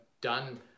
done